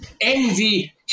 envy